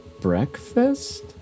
Breakfast